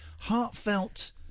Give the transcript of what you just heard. Heartfelt